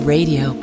Radio